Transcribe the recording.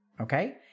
Okay